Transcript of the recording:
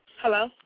Hello